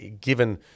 given